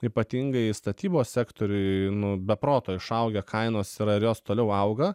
ypatingai statybos sektoriuj nu be proto išaugę kainos yra ir jos toliau auga